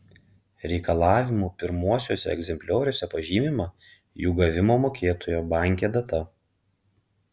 reikalavimų pirmuosiuose egzemplioriuose pažymima jų gavimo mokėtojo banke data